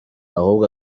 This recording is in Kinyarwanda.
ahubwo